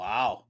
Wow